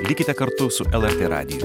likite kartu su lrt radiju